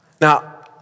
Now